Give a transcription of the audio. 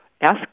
ask